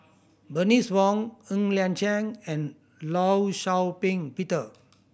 Bernice Wong Ng Liang Chiang and Law Shau Ping Peter